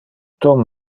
tom